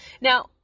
Now